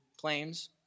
claims